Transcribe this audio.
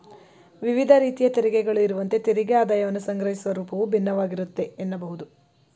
ವಿವಿಧ ರೀತಿಯ ತೆರಿಗೆಗಳು ಇರುವಂತೆ ತೆರಿಗೆ ಆದಾಯವನ್ನ ಸಂಗ್ರಹಿಸುವ ರೂಪವು ಭಿನ್ನವಾಗಿರುತ್ತೆ ಎನ್ನಬಹುದು